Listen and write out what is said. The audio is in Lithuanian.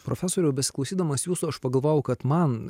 profesoriau besiklausydamas jūsų aš pagalvojau kad man